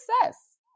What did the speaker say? success